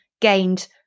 gained